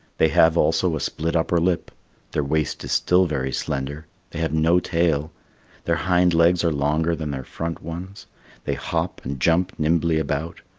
they have also a split upper lip their waist is still very slender they have no tail their hind legs are longer than their front ones they hop and jump nimbly about,